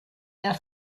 der